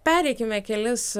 pereikime kelis